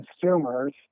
consumers